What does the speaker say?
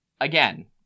Again